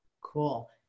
Cool